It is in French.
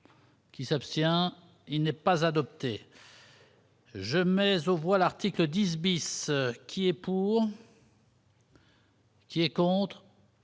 Qui s'abstient, il n'est pas adoptée. Je mais au voilà recycle 10 bis qui est pour. Qui est contre.